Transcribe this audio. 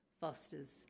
fosters